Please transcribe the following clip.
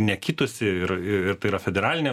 nekitusi ir ir tai yra federalinė